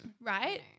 right